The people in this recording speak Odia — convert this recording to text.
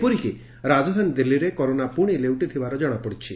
ଏପରିକି ରାଜଧାନୀ ଦିଲ୍ଲୀରେ କରୋନା ପୁଣି ଲେଉଟିଥିବା ଜଣାପଡିଛି